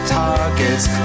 targets